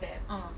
uh